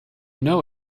know